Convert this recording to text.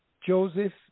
Joseph